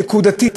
נקודתית,